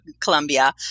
Colombia